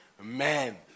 Man